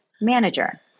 manager